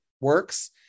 works